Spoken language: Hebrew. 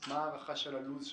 מה ההערכה שלך ללו"ז,